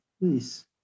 please